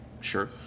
Sure